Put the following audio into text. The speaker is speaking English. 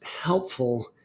helpful